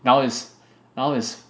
now is now is